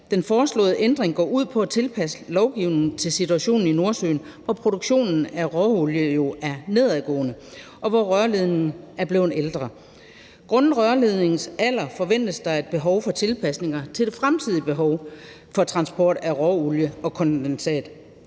Den foreslåede ændring går ud på at tilpasse lovgivningen til situationen i Nordsøen, hvor produktionen af råolie jo er for nedadgående, og hvor rørledningen er blevet ældre. Grundet rørledningens alder forventes der et behov for tilpasninger til det fremtidige behov for transport af råolie og kondensat.